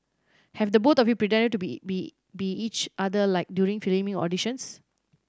have the both of you pretended to be be be each other like during filming or auditions